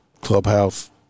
clubhouse